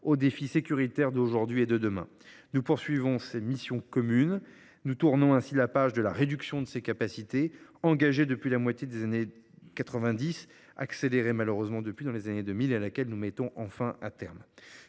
aux défis sécuritaires d’aujourd’hui et de demain. Nous poursuivrons ces missions communes. Nous tournons ainsi la page de la réduction de ces capacités, engagée depuis la moitié des années 1990 et accélérée dans les années 2000, pour y mettre enfin un terme.